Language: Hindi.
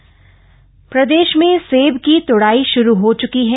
सेब तडाई प्रदेश में सेब की तुड़ाई शुरू हो च्की है